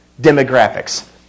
demographics